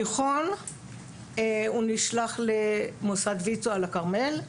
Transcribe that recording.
בתיכון הוא נשלח למוסד ויצו על הכרמל,